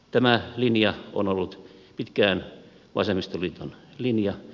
tämä linja on ollut pitkään vasemmistoliiton linja